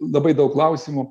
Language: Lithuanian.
labai daug klausimų